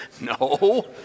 no